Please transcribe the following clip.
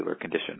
condition